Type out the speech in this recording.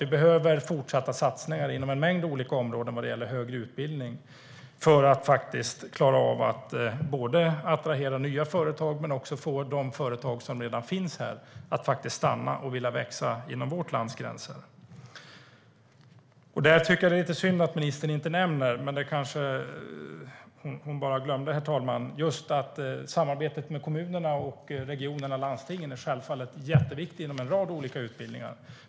Vi behöver fortsatta satsningar inom en mängd olika områden när det gäller högre utbildning för att klara av att både attrahera nya företag och att få de företag som redan finns här att vilja stanna och växa inom vårt lands gränser. Det är lite synd att ministern inte nämner detta, men hon kanske bara glömde det. Samarbetet med kommunerna, regionerna och landstingen är självfallet jätteviktigt när det gäller en rad olika utbildningar.